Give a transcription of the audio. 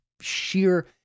sheer